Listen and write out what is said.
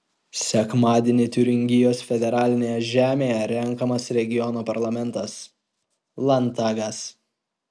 sekmadienį tiuringijos federalinėje žemėje renkamas regiono parlamentas landtagas